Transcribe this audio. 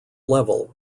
level